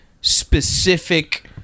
specific